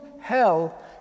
hell